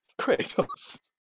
Kratos